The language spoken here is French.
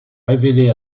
révéler